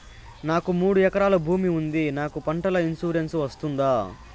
నాకు మూడు ఎకరాలు భూమి ఉంది నాకు పంటల ఇన్సూరెన్సు వస్తుందా?